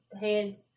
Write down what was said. head